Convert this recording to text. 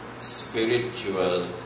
spiritual